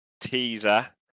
teaser